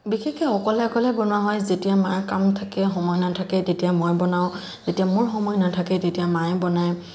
বিশেষকৈ অকলে অকলে বনোৱা হয় যেতিয়া মাৰ কাম থাকে সময় নাথাকে তেতিয়া মই বনাওঁ যেতিয়া মোৰ সময় নাথাকে তেতিয়া মায়ে বনাই